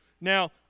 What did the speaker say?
Now